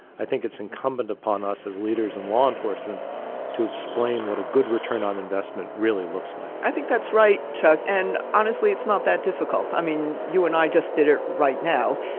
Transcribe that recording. i think it's incumbent upon us as leaders and law enforcement to explain what a good return on investment really looks like. i think that's right, chuck, and honestly, it's not that difficult. i mean, you and i just did it right now.